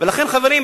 ולכן, חברים,